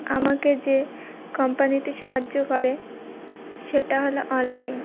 আমাকে যে কোম্পানিতে সাহায্য করে সেটা হলো অনলাইন